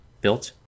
built